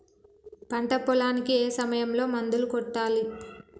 పంట పొలానికి ఏ సమయంలో మందులు కొట్టాలి?